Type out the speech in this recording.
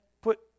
put